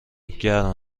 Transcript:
گرم